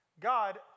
God